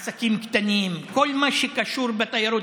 עסקים קטנים, כל מה שקשור בתיירות.